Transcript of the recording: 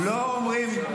לא אומרים.